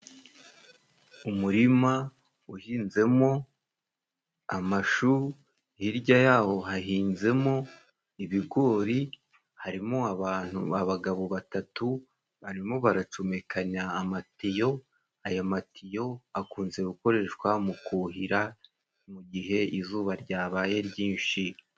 Umurima uhinzemo amashu, hirya yaho hahinzemo ibigori, harimo abantu abagabo batatu barimo baracomekanya amatiyo, aya matiyo akunze gukoreshwa mu kuhira mu gihe izuba ryabaye ryinshi.